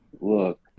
look